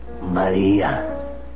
Maria